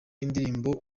indirimbo